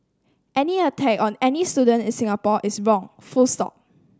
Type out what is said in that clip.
any attack on any student in Singapore is wrong full stop